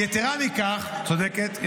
צודקת.